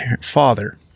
father